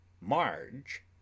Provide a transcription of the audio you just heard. Marge